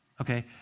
Okay